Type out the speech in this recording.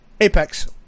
Apex